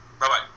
Bye-bye